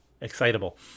Excitable